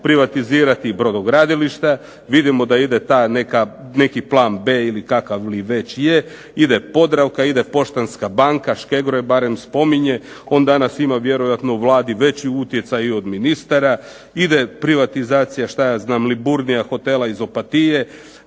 privatizirati brodogradilišta? Vidimo da ide ta neki plan B ili kakav li već je, ide "Podravka", ide "Poštanska banka", Škegro je barem spominje. On danas ima vjerojatno u Vladi veći utjecaj i od ministara. Ide privatizacija, šta ja znam, "Liburnia hotela" iz Opatije.